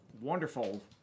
wonderful